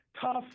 tough